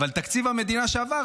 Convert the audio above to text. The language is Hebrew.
אבל תקציב המדינה שעבר,